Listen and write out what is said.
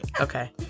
Okay